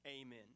Amen